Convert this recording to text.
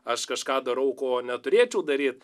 aš kažką darau ko neturėčiau daryt